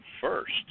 first